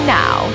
now